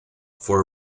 for